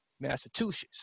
Massachusetts